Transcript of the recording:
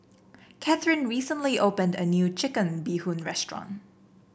Cathryn recently opened a new Chicken Bee Hoon restaurant